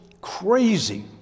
crazy